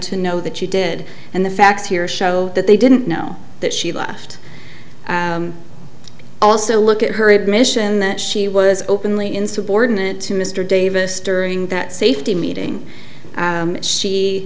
to know that you did and the facts here show that they didn't know that she left also look at her admission that she was openly insubordinate to mr davis during that safety meeting